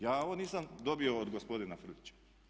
Ja ovo nisam dobio od gospodina Frljića.